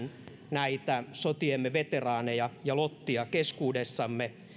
näitä sotiemme veteraaneja ja lottia keskuudessamme